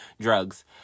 Drugs